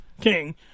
King